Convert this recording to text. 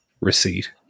receipt